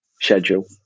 schedule